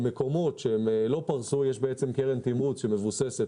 במקומות שהם לא פרסו יש קרן תמרוץ שמבוססת